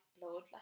blood